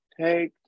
Take